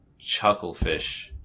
Chucklefish